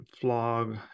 Flog